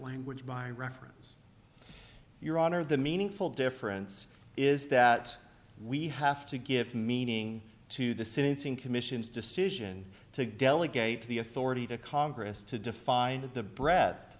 language by reference your honor the meaningful difference is that we have to give meaning to the sentencing commission's decision to delegate the authority to congress to define the breath